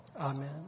amen